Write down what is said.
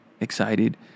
excited